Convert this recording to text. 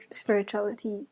spirituality